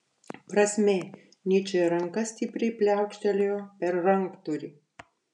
prasmė nyčė ranka stipriai pliaukštelėjo per ranktūrį